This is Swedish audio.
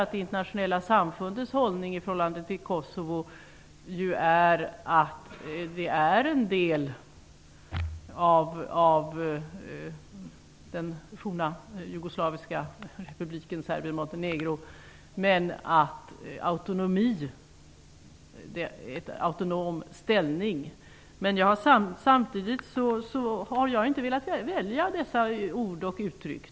Det internationella samfundets hållning i förhållande till Kosovo är ju att området utgör en del av den forna jugoslaviska republiken Serbien Montenegro, med autonom ställning. Men jag har inte velat välja dessa ord och uttryck.